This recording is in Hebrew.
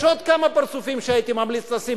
יש עוד כמה פרצופים שהייתי ממליץ לשים,